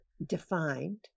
defined